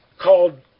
called